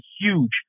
huge